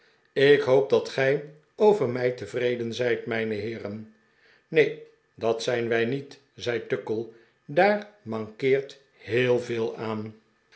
ik hoop dat gij over mij tevreden zijt mijne heeren neen dat zijn wij niet zei tuckle daar mankeert heel veel aan